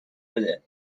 بده